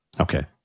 Okay